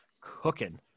cooking